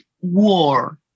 war